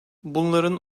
bunların